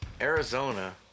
Arizona